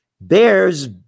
Bears